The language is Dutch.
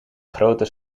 grote